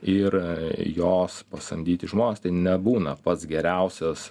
ir jos pasamdyti žmonės tai nebūna pats geriausias